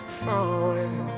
falling